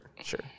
sure